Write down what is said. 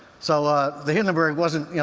so ah the hindenburg wasn't, you know,